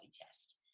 test